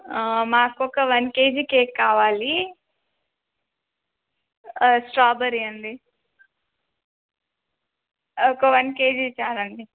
మాకొక one KG cake కావాలి strawberry అండి ఒక వన్ కేజీ చాలండి